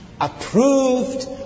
approved